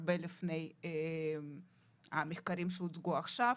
הרבה לפני המחקרים שהוצגו עכשיו.